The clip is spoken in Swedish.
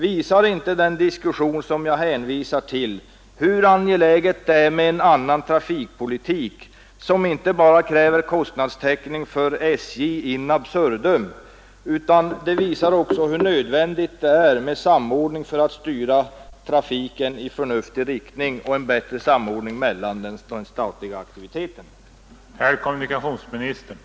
Visar inte den diskussion som jag har hänvisat till hur angeläget det är med en annan trafikpolitik, som inte bara kräver kostnadstäckning in absurdum för SJ, och hur nödvändigt det är med en bättre samordning mellan de statliga aktiviteterna för att styra trafiken i förnuftig riktning?